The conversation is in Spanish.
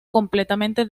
completamente